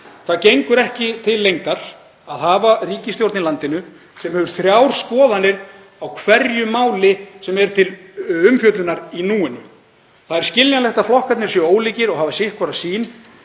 Það gengur ekki til lengdar að hafa ríkisstjórn í landinu sem hefur þrjár skoðanir á hverju máli sem er til umfjöllunar í núinu. Það er skiljanlegt að flokkarnir séu ólíkir og hafi hver sína